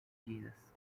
jesus